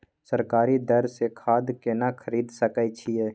सरकारी दर से खाद केना खरीद सकै छिये?